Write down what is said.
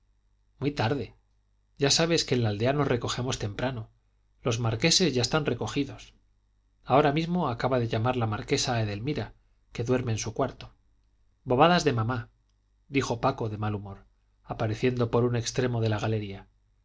muy tarde ya sabes que en la aldea nos recogemos temprano los marqueses ya están recogidos ahora mismo acaba de llamar la marquesa a edelmira que duerme en su cuarto bobadas de mamá dijo paco del mal humor apareciendo por un extremo de la galería